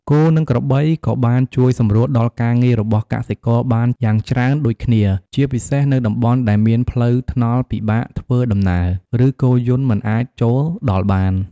គោ និងក្របីក៏បានជួយសម្រួលដល់ការងាររបស់កសិករបានយ៉ាងច្រើនដូចគ្នា ជាពិសេសនៅតំបន់ដែលមានផ្លូវថ្នល់ពិបាកធ្វើដំណើរ ឬគោយន្តមិនអាចចូលដល់បាន។